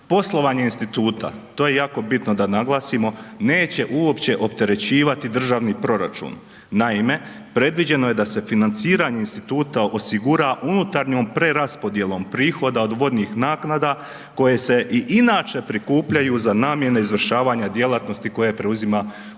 Poslovanje instituta to je jako bitno da naglasimo, neće uopće opterećivati državni proračun. Naime, predviđeno je da se financiranje instituta osigura unutarnjom preraspodjelom prihoda od vodnih naknada koje se i inače prikupljaju za namjene izvršavanja djelatnosti koje preuzima ovaj